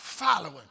following